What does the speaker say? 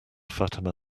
fatima